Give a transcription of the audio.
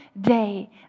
day